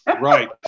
right